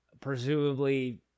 presumably